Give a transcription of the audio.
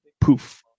Poof